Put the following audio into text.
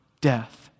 death